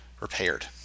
repaired